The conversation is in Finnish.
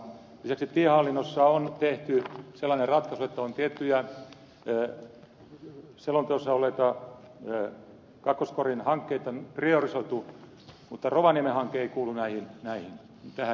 lisäksi tiehallinnossa on tehty sellainen ratkaisu että tiettyjä selonteossa olleita kakkoskorin hankkeita on priorisoitu mutta rovaniemen hanke ei kuulu tähän joukkoon